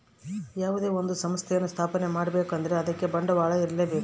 ಯಾವುದೇ ಒಂದು ಸಂಸ್ಥೆಯನ್ನು ಸ್ಥಾಪನೆ ಮಾಡ್ಬೇಕು ಅಂದ್ರೆ ಅದಕ್ಕೆ ಬಂಡವಾಳ ಇರ್ಲೇಬೇಕು